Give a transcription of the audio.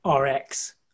RX